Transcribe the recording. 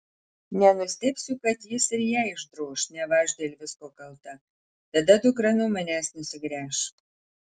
nenustebsiu kai jis ir jai išdroš neva aš dėl visko kalta tada dukra nuo manęs nusigręš